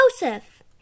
Joseph